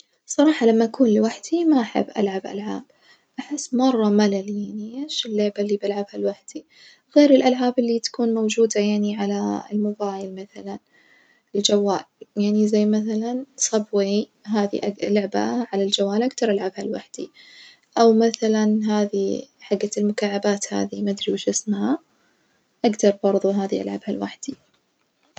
صراحة لما أكون لوحدي ما أحب ألعب ألعاب بحس مرة ملل يعني إيش اللعبة اللي بلعبها لوحدي، غير الألعاب اللي تكون موجودة يعني على الموبايل مثلًا الجوال، يعني زي مثلًا صب واي هذي أك لعبة على الجوال أكثر ألعبها لوحدي أو مثلًا هذي حجة المكعبات هذي ما أدري ويش اسمها أجدر برظه هذي ألعبها لوحدي.